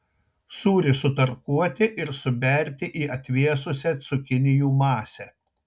sūrį sutarkuoti ir suberti į atvėsusią cukinijų masę